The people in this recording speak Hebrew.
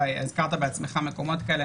והזכרת בעצמך מקומות כאלה,